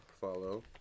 follow